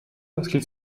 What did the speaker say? lorsqu’il